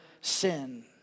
sin